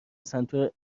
سنتور